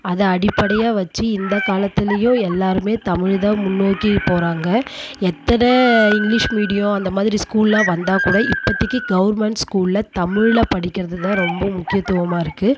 அதை அடிப்படையாக வைவச்சி இந்த காலத்துலேயும் எல்லோருமே தமிழ்தான் முன்னோக்கி போகிறாங்க எத்தனை இங்கிலீஷ் மீடியம் அந்தமாதிரி ஸ்கூல்லாம் வந்தாக்கூட இப்போத்திக்கி கவர்மெண்ட் ஸ்கூலில் தமிழில் படிக்கிறது தான் ரொம்ப முக்கியத்துவமாக இருக்குது